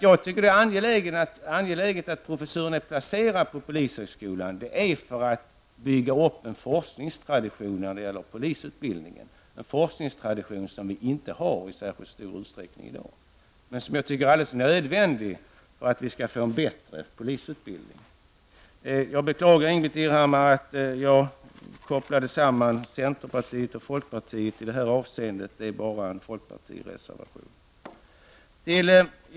Jag tycker att det är angeläget att professuren är placerad på polishögskolan, för att bygga upp en forskningstradition när det gäller polisutbildningen, en forskningstradition som vi inte har i så särskilt stor utsträckning i dag men som jag tycker är alldeles nödvändig för att vi skall få en bättre polisutbildning. Jag beklagar, Ingbritt Irhammar, att jag kopplade samman centerpartiet och folkpartiet i detta avseende -- det var ju bara en folkpartireservation.